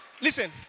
listen